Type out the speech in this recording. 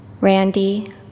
Randy